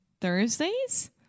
Thursdays